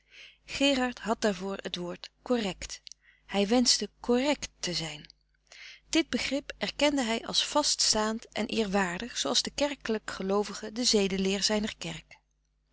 gerard had daarvoor het woord correct hij wenschte correct te zijn dit begrip erkende hij als vaststaand en eerwaardig zooals de kerkelijk geloovige de zedeleer zijner kerk